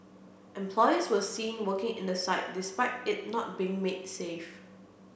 employees were seen working in the site despite it not being made safe